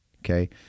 Okay